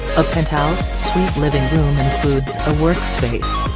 a penthouse suite living room includes a work space,